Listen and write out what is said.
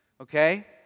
Okay